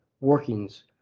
workings